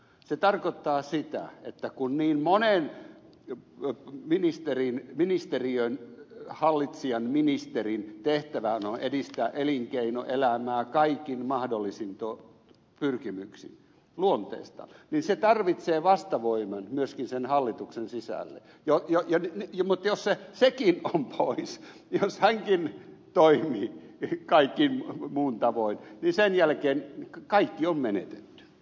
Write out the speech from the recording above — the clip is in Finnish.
se tarkoittaa sitä että kun niin monen ministeriön hallitsijan ministerin tehtävähän on edistää elinkeinoelämää kaikin mahdollisin pyrkimyksin niin se tarvitsee vastavoiman myöskin sen hallituksen sisälle mutta jos hänkin on pois jos hänkin toimii kaikkien muiden tavoin niin sen jälkeen kaikki on menetetty